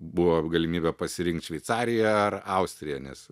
buvo galimybė pasirinkt šveicarija ar austrija nes